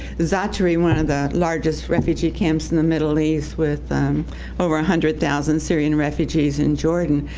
zaatari, one of the largest refugee camps in the middle east with over a hundred thousand syrian refugees in jordan,